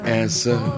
answer